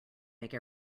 make